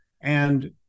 And-